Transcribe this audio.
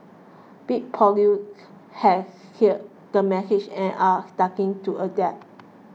big polluters has heard the message and are starting to adapt